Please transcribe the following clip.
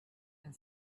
and